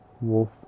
Wolf